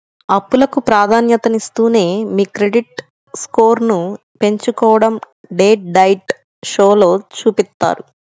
అప్పులకు ప్రాధాన్యతనిస్తూనే మీ క్రెడిట్ స్కోర్ను పెంచుకోడం డెట్ డైట్ షోలో చూపిత్తారు